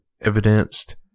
evidenced